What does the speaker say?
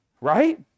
Right